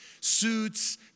suits